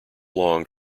longed